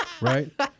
right